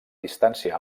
distància